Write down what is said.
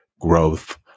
growth